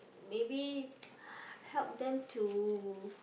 maybe h~ help them to